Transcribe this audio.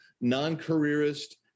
non-careerist